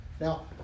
Now